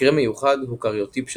מקרה מיוחד הוא קריוטיפ של